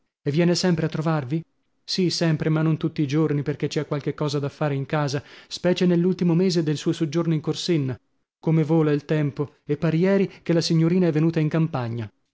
e viene sempre a trovarvi sì sempre ma non tutti i giorni perchè ci ha qualche cosa da fare in casa specie nell'ultimo mese del suo soggiorno in corsenna come vola il tempo e par ieri che la signorina è venuta in campagna